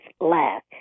lack